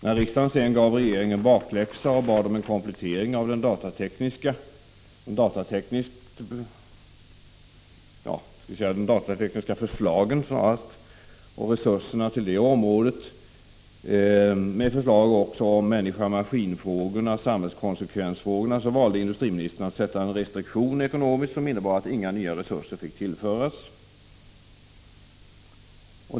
När riksdagen sedan gav regeringen bakläxa och bad om en komplettering av de datatekniska förslagen och resurserna till det området, med förslag också om människa-maskin-frågorna och samhällskonsekvensfrågorna, valde industriministern att sätta en restriktion ekonomiskt som innebar att inga nya resurser fick tillföras.